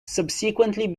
subsequently